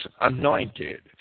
anointed